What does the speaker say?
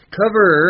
cover